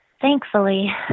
Thankfully